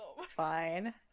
Fine